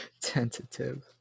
Tentative